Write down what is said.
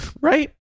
right